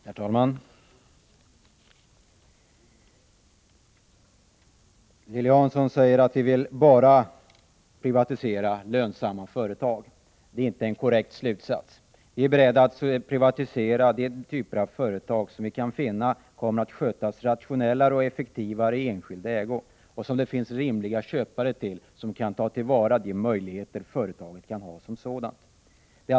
Herr talman! Lilly Hansson säger att vi vill privatisera bara lönsamma företag. Det är inte en korrekt slutsats. Vi är beredda att privatisera de typer av företag som vi kan finna kommer att skötas rationellare och effektivare i enskild ägo och till vilka det finns lämpliga köpare som kan ta till vara de möjligheter företagen som sådana kan ha.